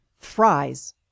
fries